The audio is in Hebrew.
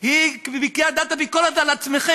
מידת הביקורת על עצמכם.